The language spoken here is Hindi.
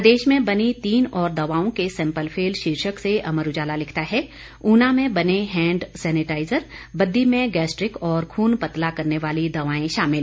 प्रदेश में बनी तीन और दवाओं के सैंपल फेल शीर्षक से अमर उजाला लिखता है ऊना में बने हैंड सेनेटाइजर बद्दी में गैस्ट्रिक और खून पतला करने वाली दवाएं शामिल